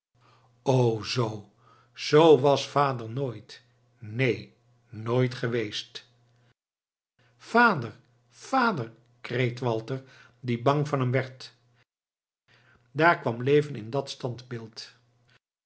o zoo z was vader nooit neen nooit geweest vader vader kreet walter die bang van hem werd daar kwam leven in dat standbeeld